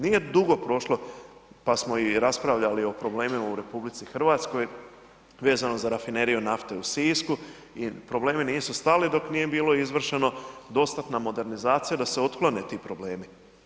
Nije dugo prošlo pa smo i raspravljali o problemima u RH vezano za rafineriju nafte u Sisku i problemi nisu stali dok nije bilo izvršena dostatna modernizacija da se otklone ti problemi.